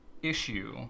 issue